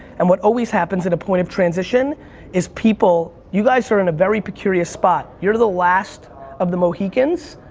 and what always happens at a point of transition is people, you guys are in a very peculiar spot, you're the last of the mohicans,